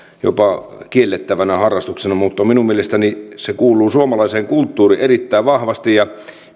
jopa kiellettävänä harrastuksena mutta minun mielestäni se kuuluu suomalaiseen kulttuuriin erittäin vahvasti ja